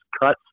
cuts